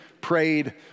prayed